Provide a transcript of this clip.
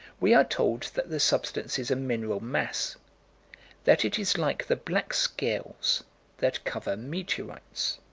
we are told that the substance is a mineral mass that it is like the black scales that cover meteorites.